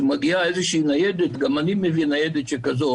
מגיעה ניידת גם אני מביא ניידת שכזו